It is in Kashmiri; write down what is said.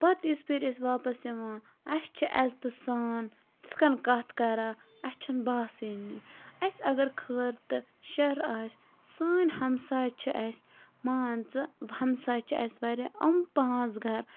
پَتہٕ یِژٕھ پھِرۍ أسۍ واپَس یِوان اَسہِ چھِ عزتہٕ سان تِتھ کنۍ کتھ کَران اَسہِ چھُ نہٕ باسٲنی اَسہِ اَگَر خٲر تہٕ شَر آسہِ سٲنٛۍ ہَمساے چھِ اَسہِ مان ژٕ ہَمساے چھِ اَسہِ واریاہ یِم پانٛژھ گَرٕ